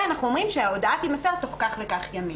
אנחנו גם אומרים שההודעה תימסר תוך כך וכך ימים.